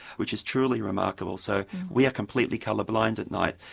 which is truly remarkable. so we are completely colour blind at night,